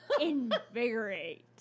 Invigorate